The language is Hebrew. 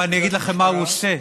אבל אני אגיד לכם מה הוא עושה: